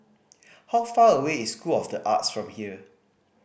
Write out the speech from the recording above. how far away is School of The Arts from here